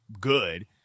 good